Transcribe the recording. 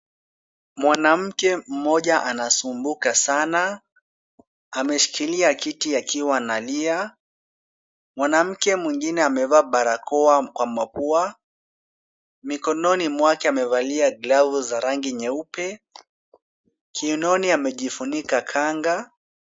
Mwanamke mmoja anasumbuka sana, ameshikilia kiti akiwa analia. Mwanamke mwingine amevaa barakoa kwa mapua, mikononi mwake amevalia glavu za rangi nyeupe, kiunoni amejifunika kanga.